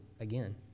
again